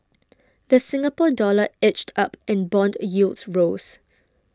the Singapore Dollar edged up and bond yields rose